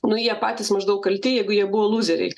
nu jie patys maždaug kalti jeigu jie buvo lūzeriai